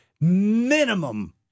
minimum